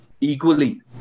equally